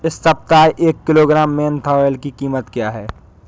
इस सप्ताह एक किलोग्राम मेन्था ऑइल की कीमत क्या है?